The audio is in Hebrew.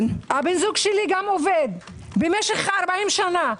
גם בן זוגי עובד, במשך 40 שנה.